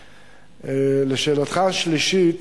3. לשאלתך הרביעית,